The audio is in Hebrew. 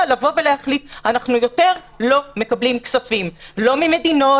להחליט אנחנו לא מקבלים יותר כספים לא ממדינות